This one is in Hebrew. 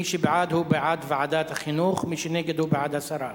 מי שבעד הוא בעד ועדת החינוך מי שנגד הוא בעד הסרה.